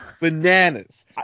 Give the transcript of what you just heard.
bananas